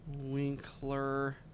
Winkler